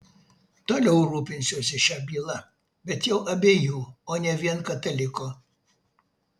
toliau rūpinsiuosi šia byla bet jau abiejų o ne vien kataliko